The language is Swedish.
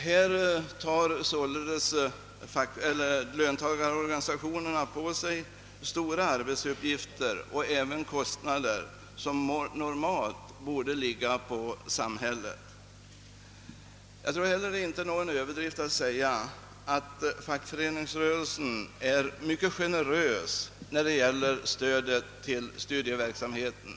Här tar löntagarorganisationerna alltså på sig stora arbetsuppgifter och även kostnader som normalt borde åvila samhället. Jag tror inte heller att det är någon överdrift att säga att fackföreningsrörelsen är mycket generös när det gäller att stödja studieverksamheten.